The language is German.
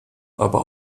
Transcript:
aber